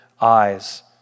eyes